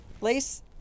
Lace